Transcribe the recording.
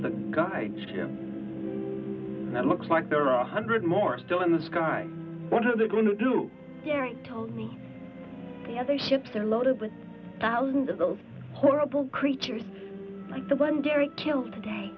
the guy that looks like there are a hundred more still in the sky what are they going to do jerry told me the other ships are loaded with thousands of those horrible creatures like the one derek killed today